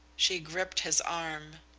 she gripped his arm.